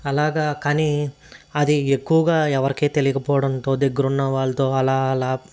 అలాగా కానీ అది ఎక్కువగా ఎవరికీ తెలియకపోవడంతో దగ్గర ఉన్న వాళ్ళతో అలా అలా